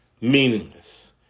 meaningless